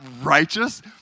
righteous